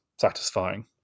satisfying